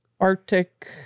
Arctic